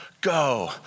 go